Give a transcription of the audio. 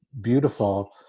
beautiful